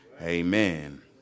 Amen